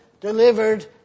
delivered